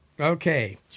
Okay